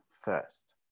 first